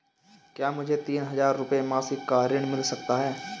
क्या मुझे तीन हज़ार रूपये मासिक का ऋण मिल सकता है?